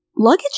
Luggage